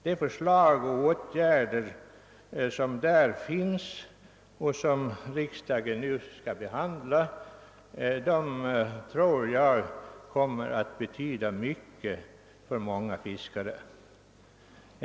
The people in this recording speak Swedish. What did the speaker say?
De åtgärder som där föreslås och som riksdagen nu skall ta ställning till tror jag kommer att betyda mycket för många fiskare.